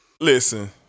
Listen